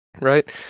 Right